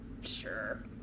sure